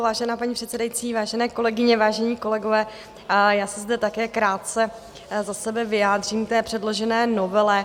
Vážená paní předsedající, vážené kolegyně, vážení kolegové, já se zde také krátce za sebe vyjádřím k předložené novele.